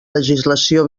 legislació